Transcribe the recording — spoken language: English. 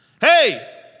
Hey